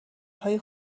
های